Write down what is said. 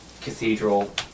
cathedral